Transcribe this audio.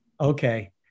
Okay